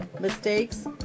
mistakes